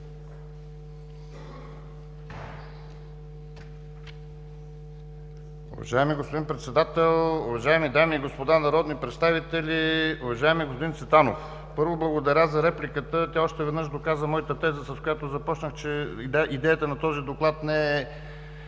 Уважаеми господин Председател, уважаеми дами и господа народни представители! Уважаеми господин Цветанов, първо, благодаря за репликата. Тя още веднъж доказа моята теза, с която започнах, че идеята на този Доклад не е